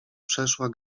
przeszła